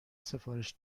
سفارش